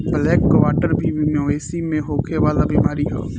black quarter भी मवेशी में होखे वाला बीमारी ह